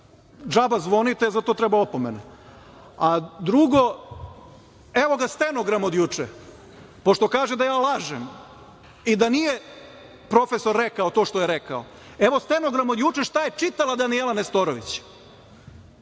DŽaba zvonite, za to treba opomena. Drugo, evo ga stenogram od juče, pošto kaže da ja lažem i da nije profesor rekao to što je rekao – evo stenogram od juče šta je čitala Danijela Nestorović. Dakle,